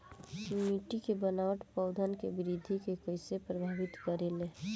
मिट्टी के बनावट पौधन के वृद्धि के कइसे प्रभावित करे ले?